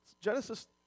Genesis